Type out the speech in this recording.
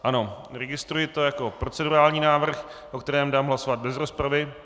Ano, registruji to jako procedurální návrh, o kterém dám hlasovat bez rozpravy.